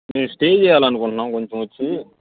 మేము స్టే చెయ్యాలనుకుంటున్నాము కొంచెమొచ్చి